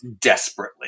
desperately